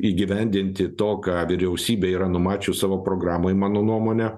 įgyvendinti to ką vyriausybė yra numačius savo programoje mano nuomone